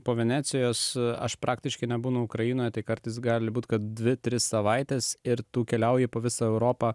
po venecijos aš praktiškai nebūna ukrainoje tai kartais gali būti kad dvi tris savaites ir tu keliauji po visą europą